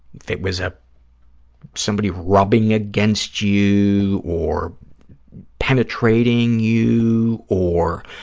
if it was ah somebody rubbing against you or penetrating you or,